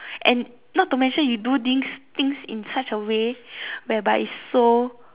and not to mention you do things things in such a way whereby is so